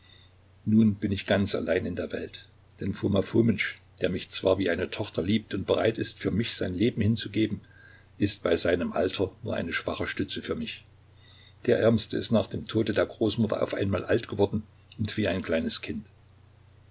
nun bin ich ganz allein in der welt denn foma fomitsch der mich zwar wie eine tochter liebt und bereit ist für mich sein leben hinzugeben ist bei seinem alter nur eine schwache stütze für mich der ärmste ist nach dem tode der großmutter auf einmal alt geworden und wie ein kleines kind